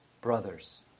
brothers